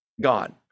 God